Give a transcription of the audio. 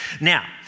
Now